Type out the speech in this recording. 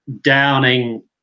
downing